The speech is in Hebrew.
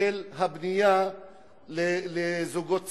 של הבנייה לזוגות צעירים.